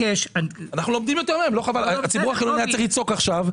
הציבור החילוני היה צריך לצעוק עכשיו,